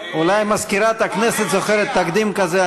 אולי מזכירת הכנסת זוכרת תקדים כזה.